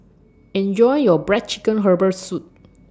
Enjoy your Black Chicken Herbal Soup